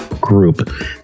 group